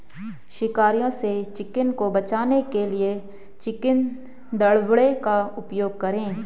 शिकारियों से चिकन को बचाने के लिए चिकन दड़बे का उपयोग करें